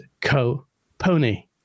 co-pony